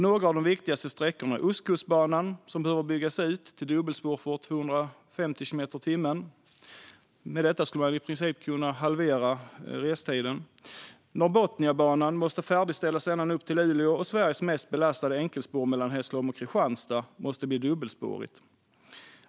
Några av de viktigaste sträckorna är Ostkustbanan, som behöver byggas ut till dubbelspår för 250 kilometer i timmen - med detta skulle man i princip kunna halvera restiden -, Norrbotniabanan, som måste färdigställas ända upp till Luleå, och Sveriges mest belastade enkelspår, det mellan Hässleholm och Kristianstad, som måste bli dubbelspårigt.